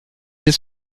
des